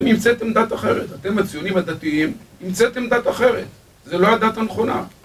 המצאתם דת אחרת, אתם הציונים הדתיים, המצאתם דת אחרת. זה לא הדת הנכונה.